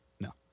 No